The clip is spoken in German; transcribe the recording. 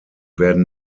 werden